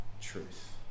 truth